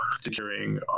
securing